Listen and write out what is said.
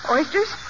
Oysters